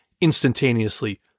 instantaneously